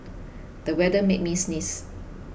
the weather made me sneeze